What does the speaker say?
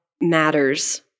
matters